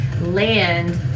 land